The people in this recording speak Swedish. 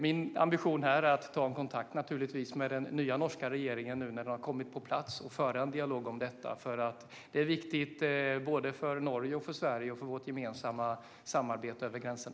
Min ambition är att ta kontakt med den nya norska regeringen nu när den har kommit på plats och föra en dialog om detta. Det är viktigt för både Norge och Sverige och för vårt samarbete över gränserna.